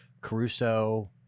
caruso